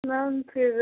ma'am फिर